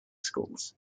schools